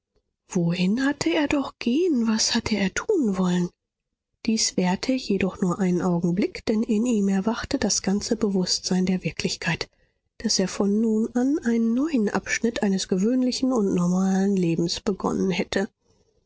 wohin hatte er doch gehen was hatte er tun wollen dies währte jedoch nur einen augenblick denn in ihm erwachte das ganze bewußtsein der wirklichkeit daß er von nun an einen neuen abschnitt eines gewöhnlichen und normalen lebens begonnen hätte